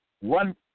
one